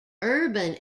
urban